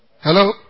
Hello